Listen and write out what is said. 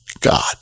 God